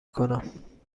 کنم